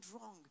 wrong